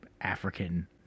African